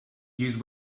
use